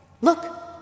Look